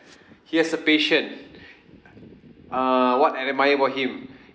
he has the patient uh err what I admire about him